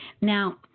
Now